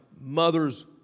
mother's